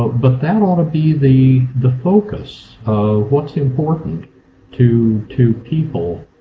but that ought to be the the focus of what's important to to people,